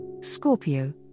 Scorpio